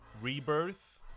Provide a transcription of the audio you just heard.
rebirth